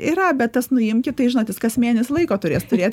yra bet tas nuimkit tai žinot jis kas mėnesį laiko turės turėt